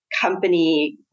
company